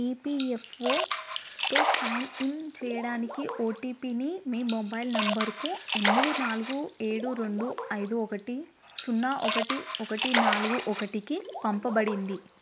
ఈపీయఫ్ఓతో sign in చెయ్యడానికి ఓటీపీని మీ మొబైల్ నంబరుకు ఎనిమిది నాలుగు ఏడు రెండు ఐదు ఒకటి సున్నా ఒకటి ఒకటి నాలుగు ఒకటికి పంపబడింది